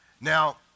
Now